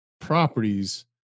properties